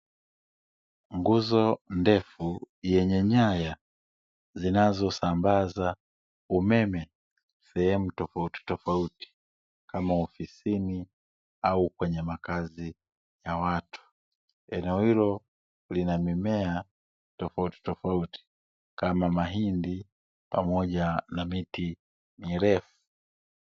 Nguzo ndefu zenye nyaya zinazosambaza umeme sehemu tofautitofauti, kama ofisini au kwenye makazi ya watu. Eneo hilo lina mimea tofautitofauti, kama mahindi pamoja na miti mirefu.